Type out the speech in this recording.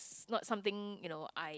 not something you know I